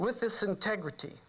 with this integrity